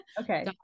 okay